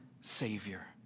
Savior